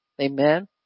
Amen